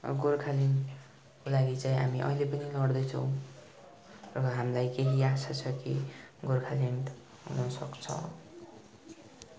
गोर्खाल्यान्डको लागि चाहिँ हामी अहिले पनि लड्दैछौँ र हामीलाई केही आशा छ कि गोर्खाल्यान्ड हुनुसक्छ